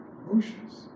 emotions